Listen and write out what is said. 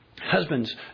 husbands